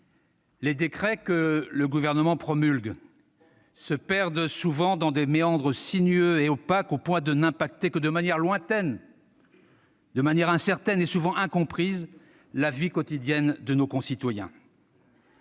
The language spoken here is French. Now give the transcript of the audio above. les décrets que le Gouvernement promulgue, se perdent souvent dans des méandres opaques au point de ne toucher que de manière lointaine, incertaine et souvent incomprise la vie quotidienne de nos concitoyens.